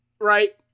right